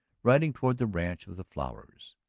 riding toward the ranch of the flowers.